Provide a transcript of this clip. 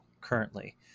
currently